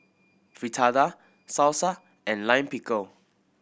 Fritada Salsa and Lime Pickle